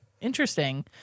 Interesting